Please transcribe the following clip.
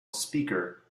speaker